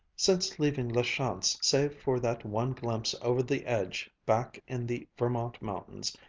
since leaving la chance, save for that one glimpse over the edge back in the vermont mountains,